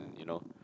you know